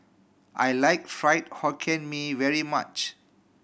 I like Fried Hokkien Mee very much